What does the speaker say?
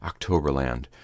Octoberland